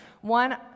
One